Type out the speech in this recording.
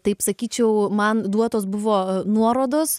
taip sakyčiau man duotos buvo nuorodos